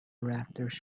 rafters